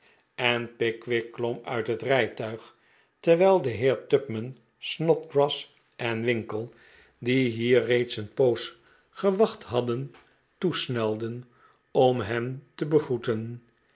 en pickwick klom uit het rijtuig terwijl de heeren tupman snodgrass en winkle die hier reeds een poos gewacht hadden toesnelden om hem te begroeten